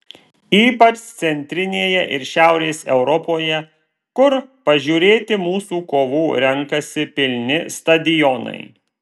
ypač centrinėje ir šiaurės europoje kur pažiūrėti mūsų kovų renkasi pilni stadionai